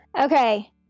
Okay